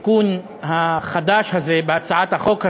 בתיקון החדש הזה, בהצעת החוק הזאת,